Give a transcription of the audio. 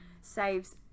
saves